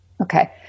Okay